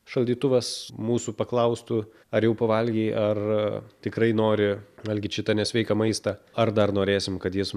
šaldytuvas mūsų paklaustų ar jau pavalgei ar tikrai nori valgyt šitą nesveiką maistą ar dar norėsim kad jis